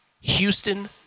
Houston